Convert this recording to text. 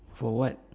for what